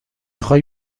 خوای